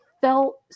felt